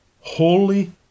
holy